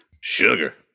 sugar